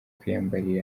kwiyambarira